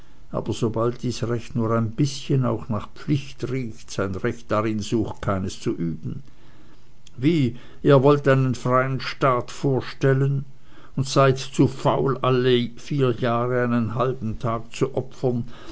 aber sobald dies recht nur ein bißchen auch nach pflicht riecht sein recht darin sucht keines zu üben wie ihr wollt einen freien staat vorstellen und seid zu faul alle vier jahre einen halben tag zu opfern